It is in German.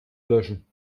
löschen